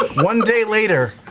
one day later,